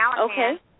Okay